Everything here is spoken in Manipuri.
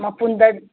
ꯃꯄꯨꯟꯗ